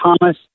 Thomas